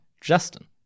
Justin